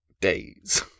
days